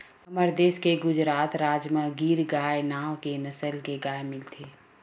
हमर देस के गुजरात राज म गीर गाय नांव के नसल के गाय मिलथे